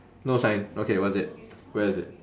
no sign okay what is it where is it